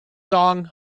song